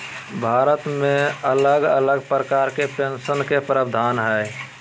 भारत मे अलग अलग प्रकार के पेंशन के प्रावधान हय